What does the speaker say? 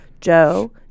Joe